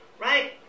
Right